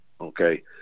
Okay